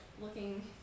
looking